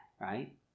right